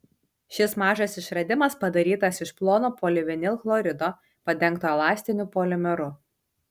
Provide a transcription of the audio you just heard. šis mažas išradimas padarytas iš plono polivinilchlorido padengto elastiniu polimeru